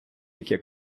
яке